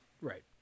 Right